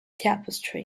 tapestry